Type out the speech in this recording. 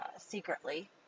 secretly